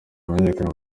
hamenyekane